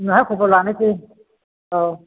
उनावहाय खबर लानोसै औ